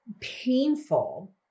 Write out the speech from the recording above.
painful